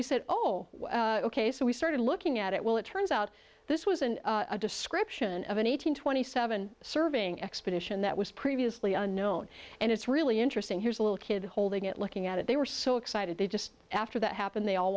we said oh ok so we started looking at it well it turns out this wasn't a description of an eight hundred twenty seven serving expedition that was previously unknown and it's really interesting here's a little kid holding it looking at it they were so excited they just after that happened they all